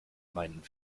meinen